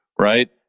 right